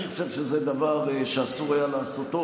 אני חושב שזה דבר שאסור היה לעשותו,